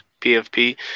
PFP